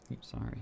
Sorry